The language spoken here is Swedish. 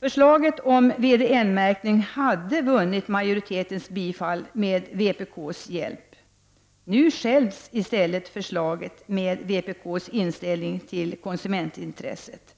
Förslaget om en VDN-märkning skulle ha vunnit majoritetens bifall med vpk:s hjälp. Nu stjälptes i stället förslaget genom vpk:s inställning till konsumentintresset.